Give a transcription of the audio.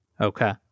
Okay